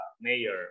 mayor